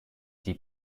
die